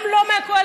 גם לא מהקואליציה.